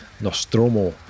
Nostromo